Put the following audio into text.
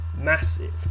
massive